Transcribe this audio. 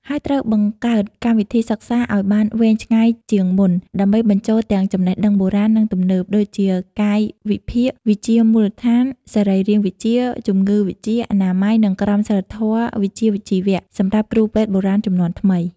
ហើយត្រូវបង្កើតកម្មវិធីសិក្សាអោយបានវែងឆ្ងាយជាងមុន ដើម្បីបញ្ចូលទាំងចំណេះដឹងបុរាណ និងទំនើប ដូចជាកាយវិភាគវិទ្យាមូលដ្ឋាន សរីរវិទ្យា ជំងឺវិទ្យា អនាម័យ និងក្រមសីលធម៌វិជ្ជាជីវៈ សម្រាប់គ្រូពេទ្យបុរាណជំនាន់ថ្មី។